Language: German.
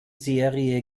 serie